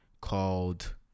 called